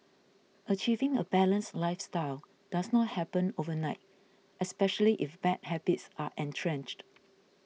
achieving a balanced lifestyle does not happen overnight especially if bad habits are entrenched